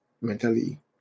Mentally